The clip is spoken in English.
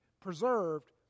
preserved